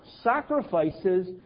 sacrifices